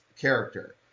character